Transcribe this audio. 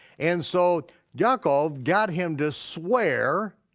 and so yaakov got him to swear